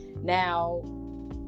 Now